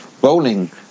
bowling